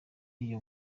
iyo